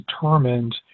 determined